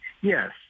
yes